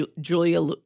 Julia